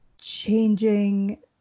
changing